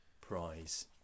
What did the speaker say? prize